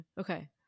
okay